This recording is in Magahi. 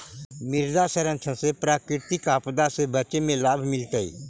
मृदा संरक्षण से प्राकृतिक आपदा से बचे में लाभ मिलतइ